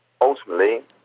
ultimately